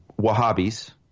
Wahhabis